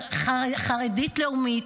חרדית לאומית,